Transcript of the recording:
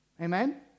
Amen